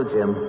Jim